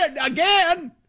again